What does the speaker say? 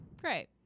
great